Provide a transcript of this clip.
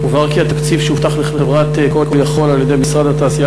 כי התקציב שהובטח לחברת call" יכול" על-ידי משרד התעשייה,